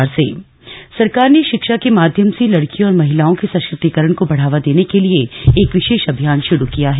महिला सशक्तिकरण सरकार ने शिक्षा के माध्यम से लड़कियों और महिलाओं के सशक्तिकरण को बढ़ावा देने के लिए एक विशेष अभियान शुरू किया है